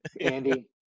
Andy